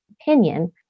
opinion